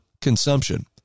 consumption